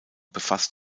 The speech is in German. befasst